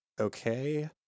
okay